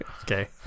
Okay